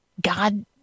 God